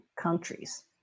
countries